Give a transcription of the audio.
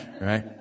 Right